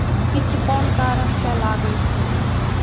कीट कोन कारण से लागे छै?